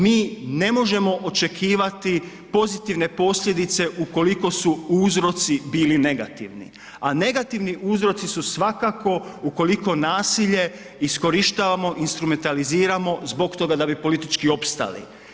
Mi ne možemo očekivati pozitivne posljedice ukoliko su uzroci bili negativni, a negativni uzroci su svakako ukoliko nasilje iskorištavamo, instrumentaliziramo zbog toga da bi politički opstali.